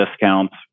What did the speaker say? discounts